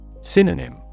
Synonym